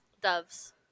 doves